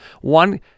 one